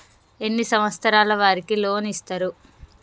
ఎన్ని సంవత్సరాల వారికి లోన్ ఇస్తరు?